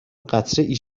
قطرهای